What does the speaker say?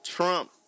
Trump